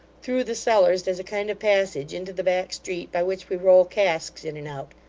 through the cellars, there's a kind of passage into the back street by which we roll casks in and out.